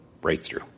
breakthrough